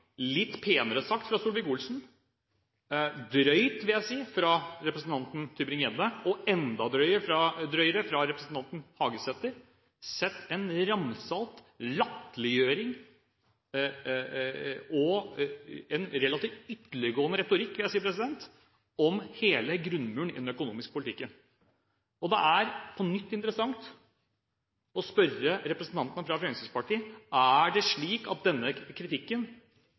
litt penere sagt av Solvik-Olsen, drøyt, vil jeg si, av representanten Tybring-Gjedde og enda drøyere av representanten Hagesæter – en ramsalt latterliggjøring av, og jeg vil si en relativt ytterliggående retorikk om, hele grunnmuren i den økonomiske politikken. Det er – på nytt – interessant å spørre representantene fra Fremskrittspartiet om det er slik at denne kritikken